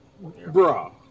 Bro